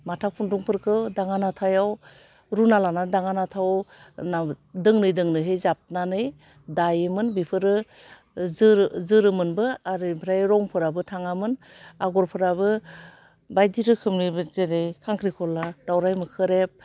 माथा खुन्दुंफोरखो दाङा नाथायाव रुना लानानै दाङा नाथायाव नाव दोंनै दोंनैहै जाबनानै दायोमोन बेफोरो जोरो जोरोमोनबो आरो ओमफ्राय रंफोराबो थाङामोन आगरफ्राबो बायदि रोखोमनि जेरै खाख्रि खला दाउराइ मोखोरेब